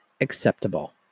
acceptable